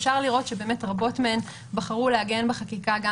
אפשר לראות שרבות מהן בחרו לעגן בחקיקה גם